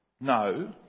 No